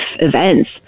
events